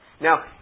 Now